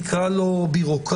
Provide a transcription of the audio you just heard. נקרא לו בירוקרטי,